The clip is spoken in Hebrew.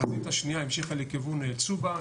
החזית השניה המשיכה לכיוון צובה,